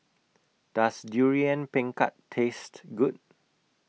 Does Durian Pengat Taste Good